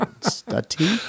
Study